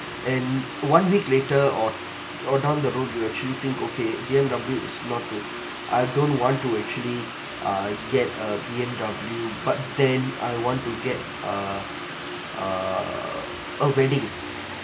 and one week later or or down the road you actually think okay B_M_W is not the I don't want to actually uh get a B_M_W but then I want to get uh err a wedding